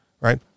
right